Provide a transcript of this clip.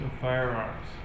firearms